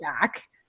back